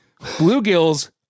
Bluegills